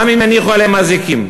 גם אם יניחו עליהם אזיקים.